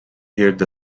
heard